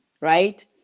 right